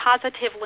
positively